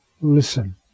listen